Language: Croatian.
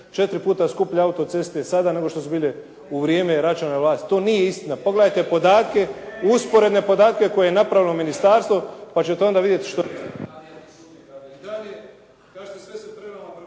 su 4 puta skuplje autoceste sada, nego što su bile u vrijeme Račanove vlasti. To nije istina. Pogledajte usporedne podatke koje je napravilo ministarstvo pa ćete onda vidjeti …